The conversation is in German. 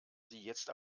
jetzt